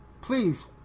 Please